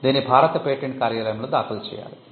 దీన్ని భారత పేటెంట్ కార్యాలయంలో దాఖలు చేయాలి